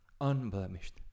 unblemished